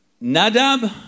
Nadab